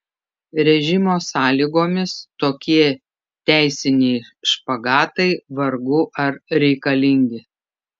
režimo sąlygomis tokie teisiniai špagatai vargu ar reikalingi